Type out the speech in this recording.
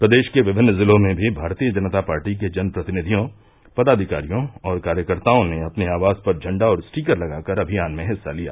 प्रदेश के विभिन्न जिलों में भी भारतीय जनता पार्टी के जन प्रतिनिधियों पदाधिकारियों और कार्यकर्ताओं ने अपने आवास पर झंडा और स्टीकर लगाकर अभियान में हिस्सा लिया